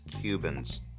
Cubans